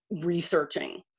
researching